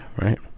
right